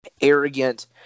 arrogant